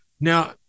Now